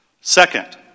Second